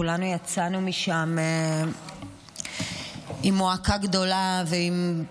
וכולנו יצאנו משם עם מועקה גדולה ועם